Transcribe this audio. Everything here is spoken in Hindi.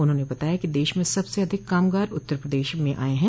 उन्होंने बताया कि देश में सबसे अधिक कामगार उत्तर प्रदेश में आये हैं